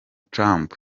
trump